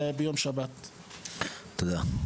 תודה.